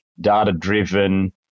data-driven